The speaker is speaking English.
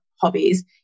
hobbies